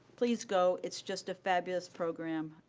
please go, it's just a fabulous program,